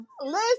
listen